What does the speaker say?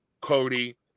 Cody